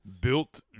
built